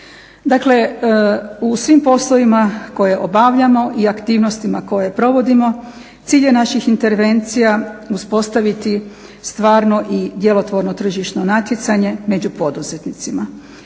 Dakle, u svim poslovima koje obavljamo i aktivnostima koje provodimo cilj je naših intervencija uspostaviti stvarno i djelotvorno tržišno natjecanje među poduzetnicima.